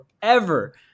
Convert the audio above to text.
forever